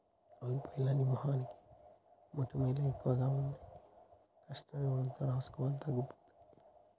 ఓయ్ పిల్లా నీ మొహానికి మొటిమలు ఎక్కువగా ఉన్నాయి కాస్టర్ నూనె రాసుకో తగ్గిపోతాయి